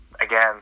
again